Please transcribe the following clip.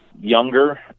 younger